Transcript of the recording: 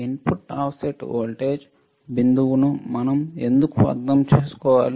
input offset voltage బిందువును మనం ఎందుకు అర్థం చేసుకోవాలి